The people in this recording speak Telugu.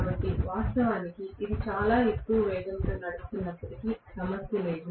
కాబట్టి వాస్తవానికి ఇది చాలా ఎక్కువ వేగంతో నడుస్తున్నప్పటికీ సమస్య లేదు